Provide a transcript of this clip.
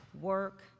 work